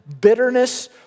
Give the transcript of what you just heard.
bitterness